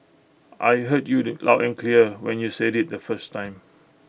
I heard you loud and clear when you said IT the first time